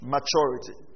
Maturity